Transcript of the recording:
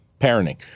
Parenting